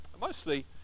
mostly